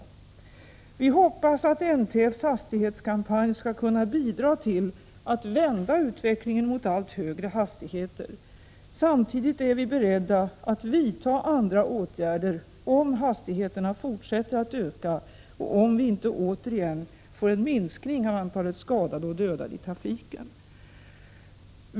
1986/87:65 Vi hoppas att NTF:s hastighetskampanj skall kunna bidra till att vända 5 februari 1987 utvecklingen mot allt högre hastigheter. Samtidigt är vi beredda att vidta Alam fnng dk, andraåtgärder om hastigheterna fortsätter att öka och om vi inte återigen får en minskning av antalet skadade och dödade i trafiken.